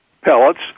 pellets